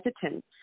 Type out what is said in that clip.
hesitant